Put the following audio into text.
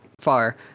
far